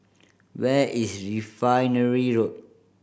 where is Refinery Road